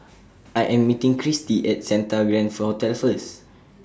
I Am meeting Kirstie At Santa Grand Hotel First